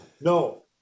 no